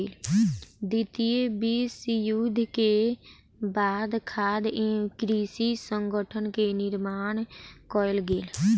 द्वितीय विश्व युद्ध के बाद खाद्य एवं कृषि संगठन के निर्माण कयल गेल